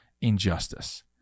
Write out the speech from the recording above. injustice